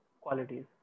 qualities